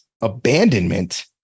abandonment